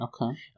Okay